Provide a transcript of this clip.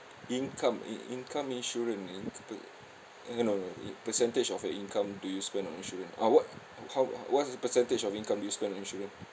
income in~ income insurance in per~ uh no no percentage of your income do you spend on insurance ah what how w~ what's percentage of income do you spend on insurance